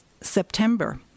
September